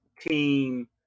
team